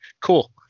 cool